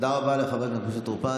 תודה רבה לחבר הכנסת טור פז.